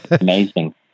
Amazing